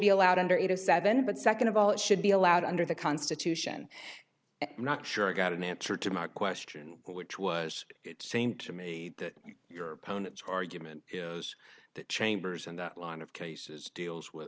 but second of all it should be allowed under the constitution i'm not sure i got an answer to my question which was it seemed to me that your opponent's argument was that chambers and that line of cases deals with